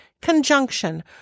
Conjunction